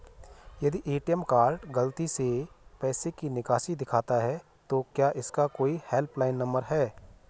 यदि ATM card गलती से पैसे की निकासी दिखाता है तो क्या इसका कोई हेल्प लाइन नम्बर है?